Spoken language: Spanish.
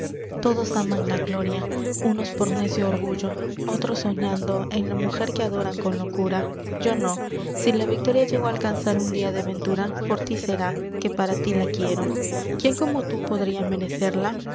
todos aman la gloria unos por necio orgullo otros soñando en la mujer que adoran con locura yo nó si la victoria llego á alcanzar un dia de ventura por tí será que para tí la quiero quién como tú podria merecerla